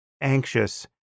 anxious